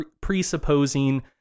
presupposing